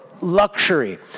luxury